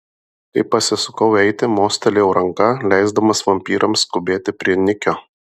kai pasisukau eiti mostelėjau ranka leisdamas vampyrams skubėti prie nikio